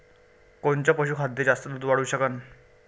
कोनचं पशुखाद्य जास्त दुध वाढवू शकन?